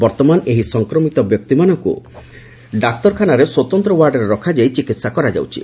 ବର୍ତ୍ତମାନ ଏହି ସଂକ୍ରମିତ ବ୍ୟକ୍ତିମାନଙ୍କୁ ଡାକ୍ତରଖାନାରେ ସ୍ୱତନ୍ତ୍ର ୱାର୍ଡରେ ରଖାଯାଇ ଚିକିତ୍ସା କରାଯାଉଛି